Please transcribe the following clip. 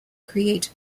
create